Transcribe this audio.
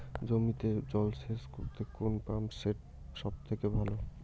জমিতে জল সেচ করতে কোন পাম্প সেট সব থেকে ভালো?